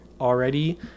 already